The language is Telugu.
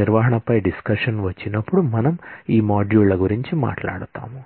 నిర్వహణపై డిస్కషన్ వచ్చినపుడు మనం ఈ మాడ్యూళ్ళ గురించి మాట్లాడుతాము